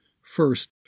First